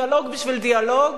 דיאלוג בשביל דיאלוג,